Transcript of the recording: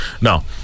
Now